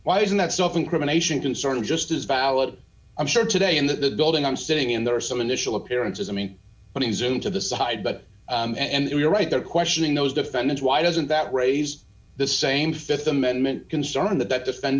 why isn't that self incrimination concern just as valid i'm sure today in the building i'm sitting in there are some initial appearance as i mean when he's into the side but and you're right there questioning those defendants why doesn't that raise the same th amendment concern that that defend